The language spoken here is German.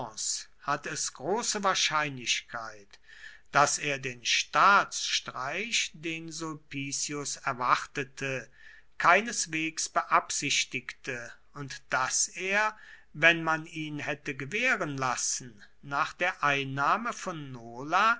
hat es große wahrscheinlichkeit daß er den staatsstreich den sulpicius erwartete keineswegs beabsichtigte und daß er wenn man ihn hätte gewähren lassen nach der einnahme von